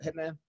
Hitman